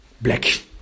black